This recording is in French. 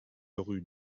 rue